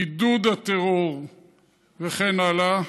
עידוד הטרור וכן הלאה,